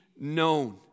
known